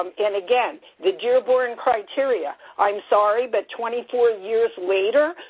and again, the dearborn criteria, i'm sorry, but twenty four years later,